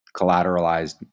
collateralized